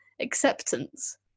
acceptance